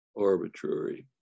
arbitrary